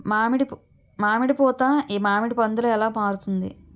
మామిడి పూత మామిడి పందుల ఎలా మారుతుంది?